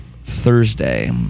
thursday